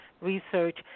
research